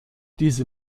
diese